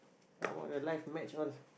about the live match one